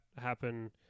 happen